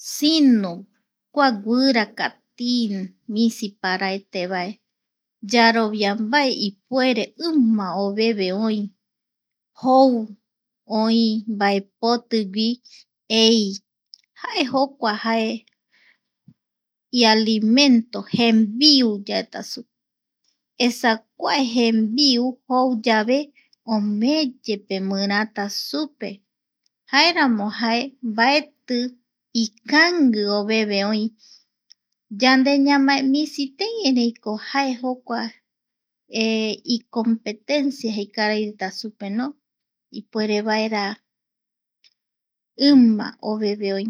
Sinu kua guirakati misiparaetevae yarovia mbae ipuere ima oveve oi, jou oi mbaepotigui ei, jae jokua ialimento jembiu yaeta supe, esa kua jembiu jou yave omeeyepe mirata supe, jaeramo jae mbaeti ikangui oveve oi, yande ñamae misitei erei jae jokua icompetencia jei karai reta supe no ipuere vaera ima oveve oi.